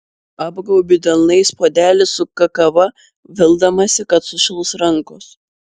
apgaubiu delnais puodelį su kakava vildamasi kad sušils rankos